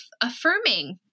affirming